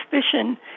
suspicion